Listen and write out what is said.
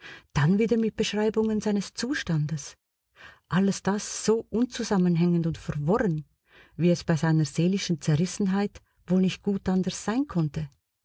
dann wieder mit beschreibungen seines zustandes alles das so unzusammenhängend und verworren wie es bei seiner seelischen zerrissenheit wohl nicht gut anders sein konnte